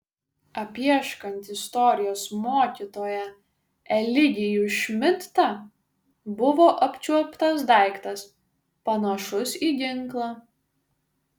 apieškant istorijos mokytoją eligijų šmidtą buvo apčiuoptas daiktas panašus į ginklą